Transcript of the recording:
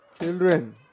Children